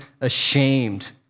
ashamed